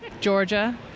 Georgia